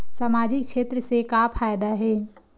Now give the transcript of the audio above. सामजिक क्षेत्र से का फ़ायदा हे?